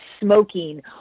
smoking